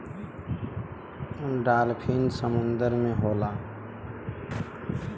dolphin समुंदर में होला